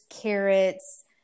carrots